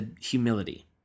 humility